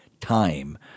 time